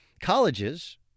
Colleges